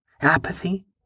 Apathy